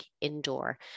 indoor